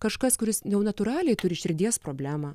kažkas kuris jau natūraliai turi širdies problemą